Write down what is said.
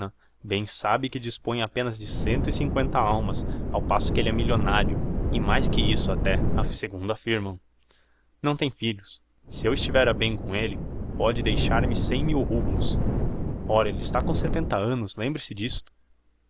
bem sabe que disponho apenas de cento e cincoenta almas ao passo que elle é millionario e mais que isso até segundo affirmam não tem filhos se eu estiver a bem com elle pode deixar-me cem mil rublos ora elle está com setenta annos lembre-se d'isto